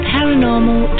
Paranormal